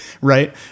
Right